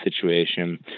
situation